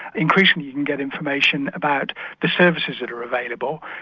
increasingly you can get information about the services that are available.